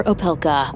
Opelka